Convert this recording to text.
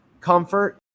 comfort